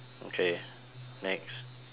okay next